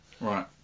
Right